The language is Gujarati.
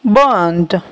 બંધ